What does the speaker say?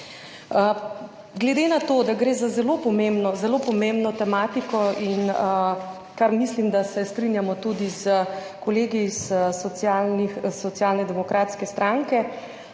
Glede na to, da gre za zelo pomembno, zelo pomembno tematiko, mislim, da se strinjamo tudi s kolegi iz Socialno demokratske stranke,